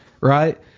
right